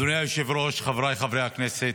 אדוני היושב-ראש, חבריי חברי הכנסת,